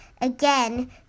again